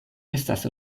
estas